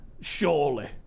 Surely